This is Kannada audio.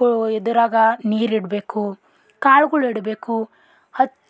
ಬೊ ಎದುರಾಗ ನೀರಿಡಬೇಕು ಕಾಳುಗಳಿಡ್ಬೇಕು ಹಚ್ಚ